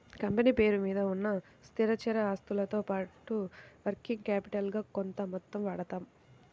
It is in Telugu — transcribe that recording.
కంపెనీ పేరు మీద ఉన్న స్థిరచర ఆస్తులతో పాటుగా వర్కింగ్ క్యాపిటల్ గా కొంత మొత్తం వాడతాం